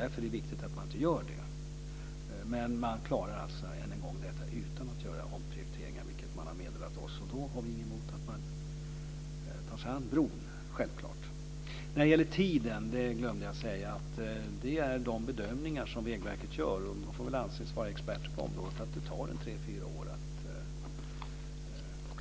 Därför är det viktigt att man inte gör det. Men man klarar alltså detta utan att göra omprioriteringar, vilket man har meddelat oss, och då har vi självklart inget emot att man tar sig an bron. När det gäller tiden glömde jag att säga att de bedömningar som Vägverket gör - de får väl anses vara experter på området - är att det tar tre fyra år att